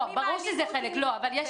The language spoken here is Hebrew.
לפעמים האלימות היא --- ברור שזה חלק, אבל יש